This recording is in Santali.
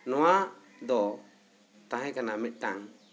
ᱱᱚᱣᱟ ᱫᱚ ᱛᱟᱦᱮᱸ ᱠᱟᱱᱟ ᱢᱤᱫᱴᱟᱝ